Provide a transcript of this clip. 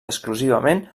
exclusivament